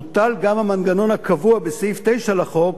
בוטל גם המנגנון הקבוע בסעיף 9 לחוק,